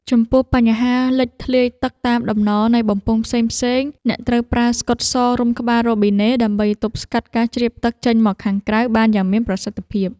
ចំពោះបញ្ហាលេចធ្លាយទឹកតាមដំណនៃបំពង់ផ្សេងៗ អ្នកត្រូវប្រើស្កុតសរុំក្បាលរ៉ូប៊ីណេដើម្បីទប់ស្កាត់ការជ្រាបទឹកចេញមកខាងក្រៅបានយ៉ាងមានប្រសិទ្ធភាព។